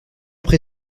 pré